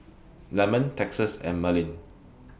Lemon Texas and Merlin